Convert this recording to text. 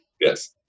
Yes